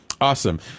Awesome